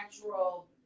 natural